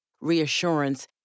reassurance